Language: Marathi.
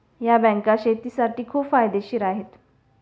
या बँका शेतीसाठी खूप फायदेशीर आहेत